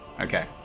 Okay